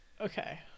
Okay